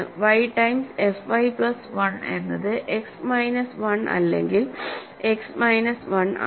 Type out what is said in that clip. y times fy plus 1 എന്നത് X minus 1 അല്ലെങ്കിൽ X minus 1 ആണ്